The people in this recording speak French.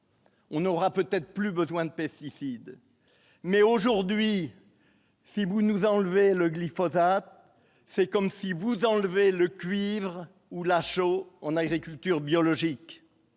on aura peut-être plus besoin de pesticides mais aujourd'hui si vous nous enlevez le glyphosate, c'est comme si vous enlevez le cuivre ou Lachaud en agriculture biologique